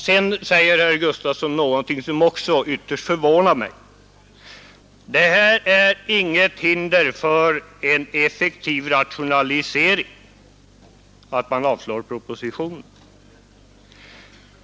Sedan säger herr Gustafson i Göteborg någonting som också förvånar mig mycket, nämligen att det inte är något hinder för en effektiv rationalisering att man avslår propositionen.